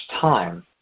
time